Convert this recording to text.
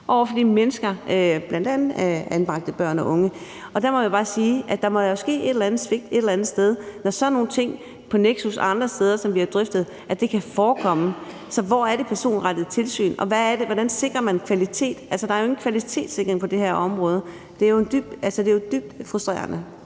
over for de mennesker, bl.a. anbragte børn og unge, og der må jeg bare sige, at der jo må ske et eller andet svigt et eller andet sted, når sådan nogle ting på Nexus og andre steder, som vi har drøftet, kan forekomme. Så hvor er det personrettede tilsyn, og hvordan sikrer man kvalitet? Der er jo ingen kvalitetssikring inden for det her område, og det er jo altså dybt frustrerende.